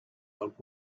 old